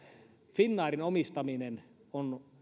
finnairin omistaminen on